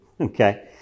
Okay